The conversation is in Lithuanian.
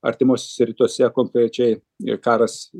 artimuose rytuose konkrečiai ir karas